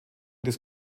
des